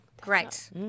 great